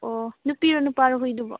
ꯑꯣ ꯅꯨꯄꯤꯔꯣ ꯅꯨꯄꯥꯔꯣ ꯍꯨꯏꯗꯨꯕꯣ